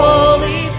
Holy